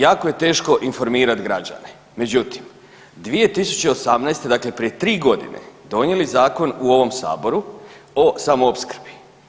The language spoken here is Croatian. Jako je teško informirati građane, međutim 2018. dakle prije tri godine donijeli zakon u ovom Saboru o samo opskrbi.